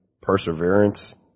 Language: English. perseverance